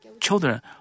children